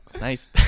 Nice